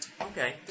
Okay